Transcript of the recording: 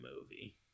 movie